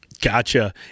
Gotcha